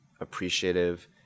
appreciative